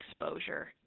exposure